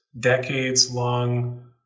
decades-long